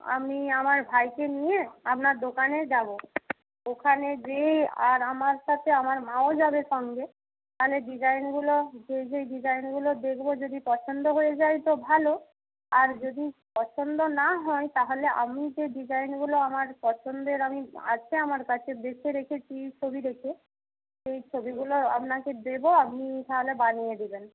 আমি আমার ভাইকে নিয়ে আপনার দোকানে যাব ওখানে গিয়েই আর আমার সাথে আমার মাও যাবে সঙ্গে তাহলে ডিজাইনগুলো যেই যেই ডিজাইনগুলো দেখব যদি পছন্দ হয়ে যায় তো ভালো আর যদি পছন্দ না হয় তাহলে আমি যে ডিজাইনগুলো আমার পছন্দের আমি আছে আমার কাছে দেখে রেখেছি ছবি দেখে সেই ছবিগুলো আপনাকে দেবো আপনি তাহলে বানিয়ে দেবেন